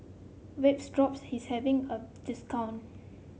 Vapodrops is having a discount